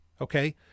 Okay